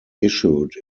issued